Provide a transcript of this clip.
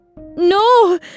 No